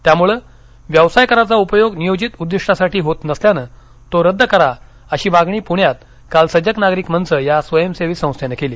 त्यामुळमं व्यवसाय कराचा उपयोग नियोजित उद्दीष्टासाठी होत नसल्यानं तो रद्द करा अशी मागणी पुण्यात काल सजग नागरिक मंच या स्वयंसेवी संस्थेनं केली